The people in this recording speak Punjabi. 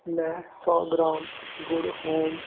ਮੈਂ ਸੌ ਗ੍ਰਾਮ ਗੁੜ ਹੋਮ